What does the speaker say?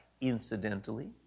Incidentally